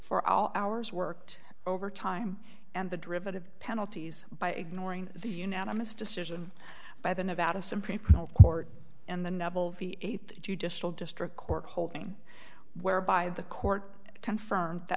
for all hours worked overtime and the derivative penalties by ignoring the unanimous decision by the nevada supreme court in the novel v eight judicial district court holding whereby the court confirmed that